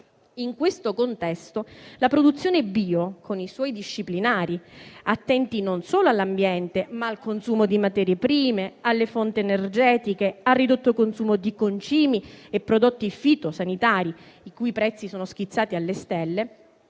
In questo contesto, la produzione bio, con i suoi disciplinari attenti non solo l'ambiente, ma al consumo di materie prime, alle fonti energetiche, al ridotto consumo di concimi e prodotti fitosanitari, i cui prezzi sono schizzati alle stelle,